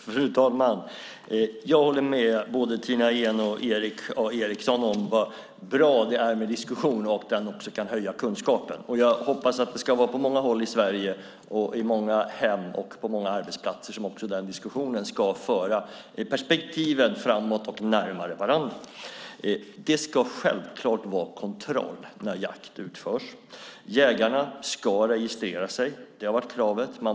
Fru talman! Jag håller med både Tina Ehn och Erik A Eriksson om att det är bra med en diskussion och att den också kan öka kunskaperna. Jag hoppas att den diskussionen på många håll i Sverige, i många hem och på många arbetsplatser, ska föra perspektiven framåt och närmare varandra. Det ska självklart vara kontroll när jakt utförs. Jägarna ska registrera sig. Det har varit ett krav.